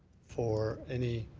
for any